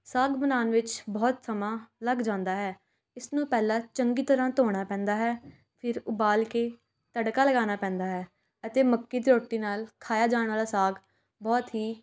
ਸਾਗ ਬਣਾਉਣ ਵਿੱਚ ਬਹੁਤ ਸਮਾਂ ਲੱਗ ਜਾਂਦਾ ਹੈ ਇਸ ਨੂੰ ਪਹਿਲਾਂ ਚੰਗੀ ਤਰ੍ਹਾਂ ਧੋਣਾ ਪੈਂਦਾ ਹੈ ਫਿਰ ਉਬਾਲ ਕੇ ਤੜਕਾ ਲਗਾਉਣਾ ਪੈਂਦਾ ਹੈ ਅਤੇ ਮੱਕੀ ਦੀ ਰੋਟੀ ਨਾਲ ਖਾਇਆ ਜਾਣ ਵਾਲਾ ਸਾਗ ਬਹੁਤ ਹੀ